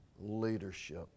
leadership